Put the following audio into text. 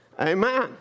Amen